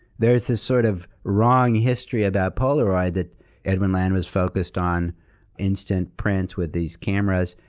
there is this sort of wrong history about polaroid, that edwin land was focused on instant print, with these cameras,